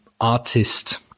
artist